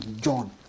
John